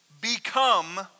become